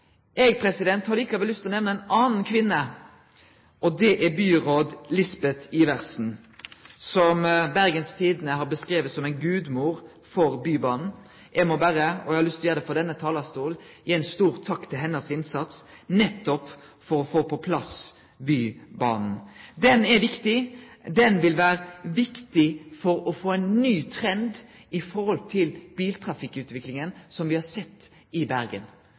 Eg har likevel lyst til å nemne ei anna kvinne, og det er byråd Lisbeth Iversen, som Bergens Tidende har beskrive som gudmor for Bybanen. Eg må berre – og eg har lyst til å gjere det frå denne talarstolen – gi henne ein stor takk for hennar innsats, nettopp for å få på plass Bybanen. Han er viktig. Han vil vere viktig for å få ein ny trend i den biltrafikkutviklinga me har sett i Bergen.